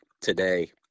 today